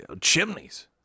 chimneys